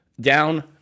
Down